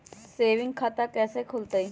Saving खाता कैसे खुलतई?